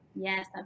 Yes